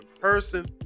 person